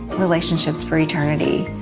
relationships for eternity,